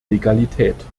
legalität